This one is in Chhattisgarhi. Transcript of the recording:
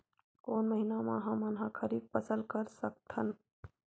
कोन महिना म हमन ह खरीफ फसल कर सकत हन?